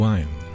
Wine